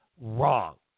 wrong